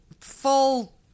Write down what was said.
full